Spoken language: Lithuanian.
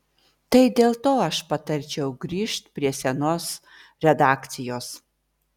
tai dėl to aš patarčiau grįžt prie senos redakcijos